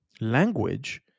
language